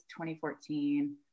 2014